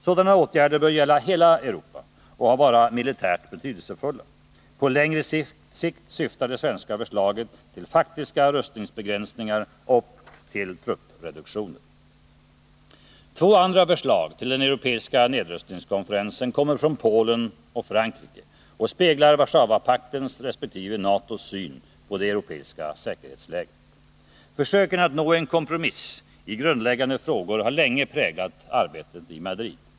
Sådana åtgärder bör gälla hela Europa och vara militärt betydelsefulla. På längre sikt syftar det svenska förslaget till faktiska rustningsbegränsningar och truppreduktioner. Två andra förslag till den europeiska nedrustningskonferensen kommer från Polen och Frankrike och speglar Warszawapaktens resp. NATOS:s syn på det europeiska säkerhetsläget. Försöken att nå en kompromiss i grundläggande frågor har länge präglat arbetet i Madrid.